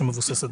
שמבוססת,